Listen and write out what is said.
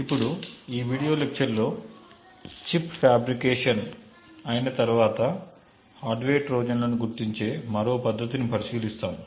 ఇప్పుడు ఈ video lecture లో చిప్ ఫ్యాబ్రికేట్ అయిన తర్వాత హార్డ్వేర్ ట్రోజన్ల ను గుర్తించే మరో పద్ధతిని పరిశీలిస్తాము